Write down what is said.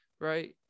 right